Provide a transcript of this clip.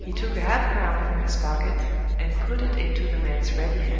he took a half-crown from his pocket and put it into the man's ready hand.